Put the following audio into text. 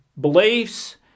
beliefs